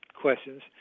questions